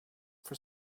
for